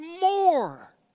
more